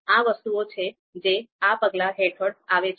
આ વસ્તુઓ છે જે આ પગલા હેઠળ આવે છે